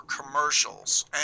commercials